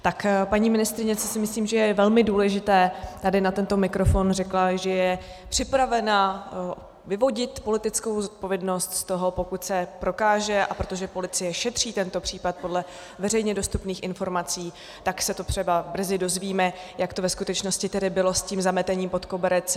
Tak paní ministryně, co si myslím, že je velmi důležité, tady na tento mikrofon řekla, že je připravena vyvodit politickou zodpovědnost z toho, pokud se prokáže, a protože policie šetří tento případ podle veřejně dostupných informací, tak se to třeba brzy dozvíme, jak to ve skutečnosti tedy bylo se zametením pod koberec.